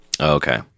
Okay